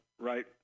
right